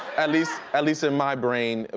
at least at least in my brain,